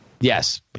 Yes